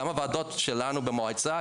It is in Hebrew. גם הוועדות שלנו במועצה,